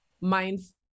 mindful